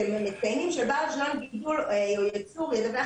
אתם מציינים שבעל רישיון לגידול או ייצור קנאביס ידווח